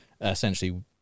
essentially